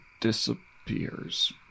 disappears